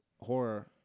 horror